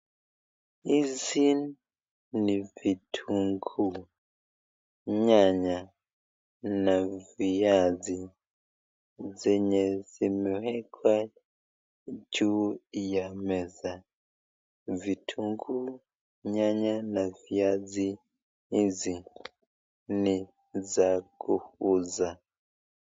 Hizi ni vitunguu, nyanya, na viazi, zenye zimewekwa juu ya meza. Vitunguu, nyanya na viazi hizi ni za kuuza.